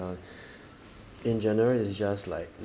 err in general is just like